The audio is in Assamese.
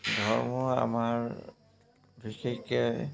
ধৰ্মই আমাৰ বিশেষকৈ